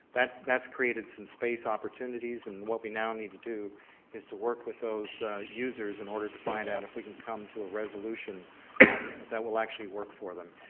that's created some space opportunities and what we now need to do is to work with those users in order to find out if we can come to a resolution that will actually work for them.